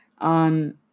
on